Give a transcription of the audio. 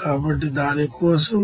కాబట్టి దాని కోసం